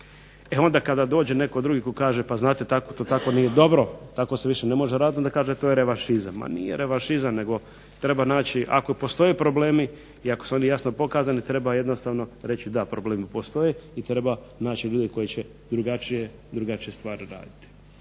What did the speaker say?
Onda kada dođe netko drugi tko kaže pa znate to tako nije dobro, tako se više ne može raditi, kažu to je revanšizam. Ma nije revanšizam nego treba naći ako postoje problemi i ako su oni jasno pokazani treba reći jednostavno da problemi postoje i treba naći ljude koji će drugačije stvari raditi.